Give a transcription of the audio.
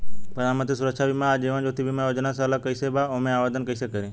प्रधानमंत्री सुरक्षा बीमा आ जीवन ज्योति बीमा योजना से अलग कईसे बा ओमे आवदेन कईसे करी?